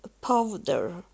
powder